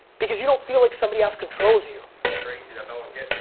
because you don't feel like somebody else controls you. it's crazy that no one gets that